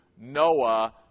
Noah